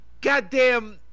goddamn